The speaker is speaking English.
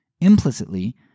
Implicitly